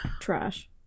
Trash